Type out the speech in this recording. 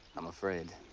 am afraid.